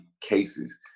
cases